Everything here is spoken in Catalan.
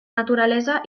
naturalesa